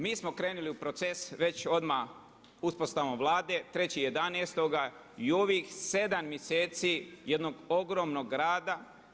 Mi smo krenuli u proces već odmah uspostavom Vlade, 3.11. i u ovih 7 mjeseci jednog ogromnog rada.